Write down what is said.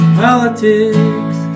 politics